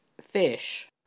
fish